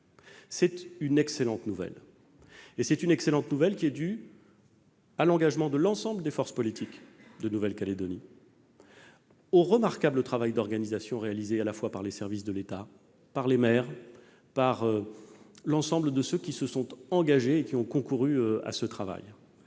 n'est contesté par personne. C'est une excellente nouvelle, qui est due à l'engagement de l'ensemble des forces politiques de Nouvelle-Calédonie, ainsi qu'au remarquable travail d'organisation réalisé à la fois par les services de l'État, par les maires et par l'ensemble de ceux qui se sont engagés et ont concouru à ce travail.